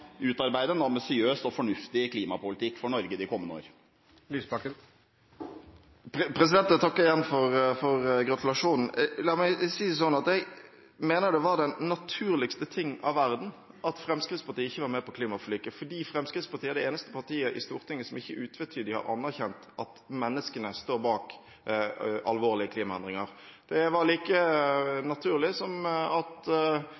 utarbeide en ambisiøs og fornuftig klimapolitikk for Norge de kommende årene? Jeg takker igjen for gratulasjonen. La meg si det sånn at jeg mener det var den naturligste ting av verden at Fremskrittspartiet ikke var med på klimaforliket, fordi Fremskrittspartiet er det eneste partiet i Stortinget som ikke utvetydig har anerkjent at menneskene står bak alvorlige klimaendringer. Det var like naturlig som at